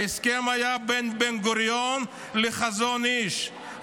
ההסכם היה בין בן-גוריון לחזון איש,